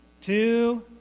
two